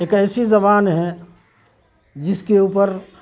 ایک ایسی زبان ہے جس کے اوپر